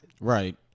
Right